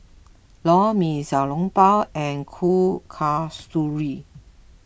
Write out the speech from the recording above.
Lor Mee Xiao Long Bao and Kuih Kasturi